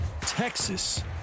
Texas